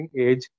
age